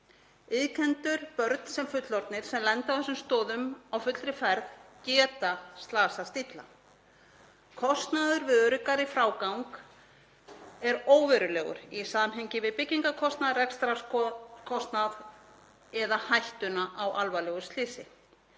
Iðkendur, börn sem fullorðnir, sem lenda á þessum stoðum á fullri ferð geta slasast illa. Kostnaður við öruggari frágang er óverulegur í samhengi við byggingarkostnað, rekstrarkostnað eða hættuna á alvarlegu slysi.